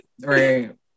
right